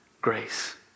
grace